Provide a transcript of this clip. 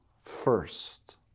first